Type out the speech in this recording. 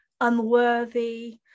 unworthy